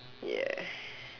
ya